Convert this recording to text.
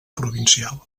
provincial